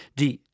die